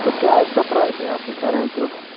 तो क्या इसका प्राइस है आप दिखा रहें तो